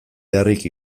beharrik